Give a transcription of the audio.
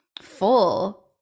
full